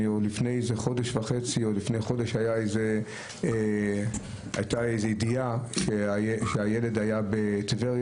עוד לפני איזה חודש וחצי או חודש הייתה איזו ידיעה שהילד היה בטבריה,